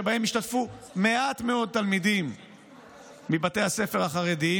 שבהם השתתפו מעט מאוד תלמידים מבתי הספר החרדיים,